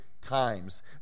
times